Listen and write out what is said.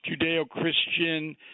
Judeo-Christian